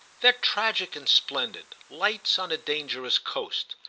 they're tragic and splendid lights on a dangerous coast.